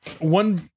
one